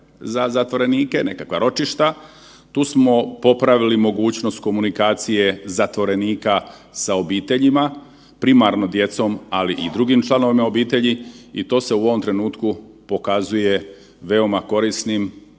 za zatvorenike, nekakva ročišta, tu smo popravili mogućnost komunikacije zatvorenika sa obiteljima, primarno djecom, ali i drugim članovima obitelji i to se u ovom trenutku pokazuje veoma korisnim